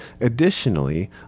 Additionally